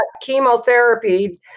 chemotherapy